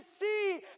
see